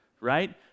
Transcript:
Right